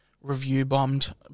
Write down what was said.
review-bombed